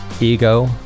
ego